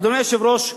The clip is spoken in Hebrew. אדוני היושב-ראש,